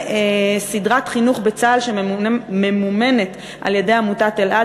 וסדרת חינוך בצה"ל שממומנת על-ידי עמותת אלע"ד,